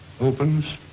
opens